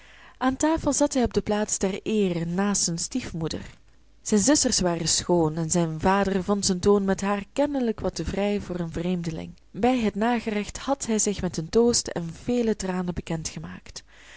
aan tafel zat hij op de plaats der eere naast zijne stiefmoeder zijne zusters waren schoon en zijn vader vond zijn toon met haar kennelijk wat te vrij voor een vreemdeling bij het nagerecht had hij zich met een toost en vele tranen